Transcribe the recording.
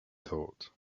thought